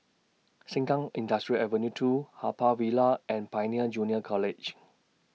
Sengkang Industrial Avenue two Haw Par Villa and Pioneer Junior College